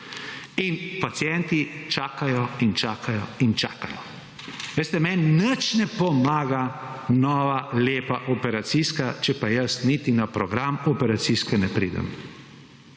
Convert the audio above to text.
in pacienti čakajo in čakajo in čakajo. Veste, meni nič ne pomaga nova leta operacijska, če pa jaz niti na program operacijske ne pridem.